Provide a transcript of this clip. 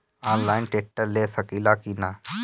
Online tractor ले सकीला कि न?